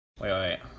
wait